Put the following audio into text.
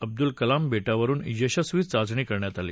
अब्दूल कलाम बा वरुन यशस्वी चाचणी करण्यात आली